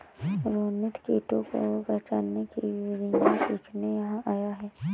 रोनित कीटों को पहचानने की विधियाँ सीखने यहाँ आया है